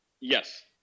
Yes